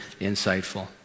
insightful